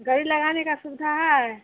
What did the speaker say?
गाड़ी लगाने का सुविधा है